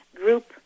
group